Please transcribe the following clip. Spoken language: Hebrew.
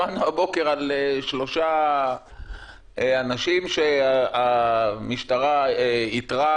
שמענו הבוקר על שלושה אנשים שהמשטרה איתרה,